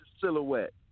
silhouette